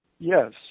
Yes